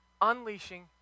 unleashing